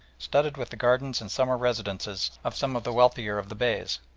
studded with the gardens and summer residences of some of the wealthier of the beys.